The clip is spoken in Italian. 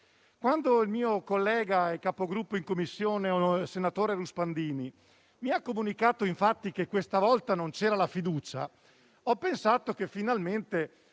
Quando il mio collega e capogruppo in Commissione, senatore Ruspandini, mi ha comunicato infatti che questa volta non venina posta la fiducia, ho pensato che finalmente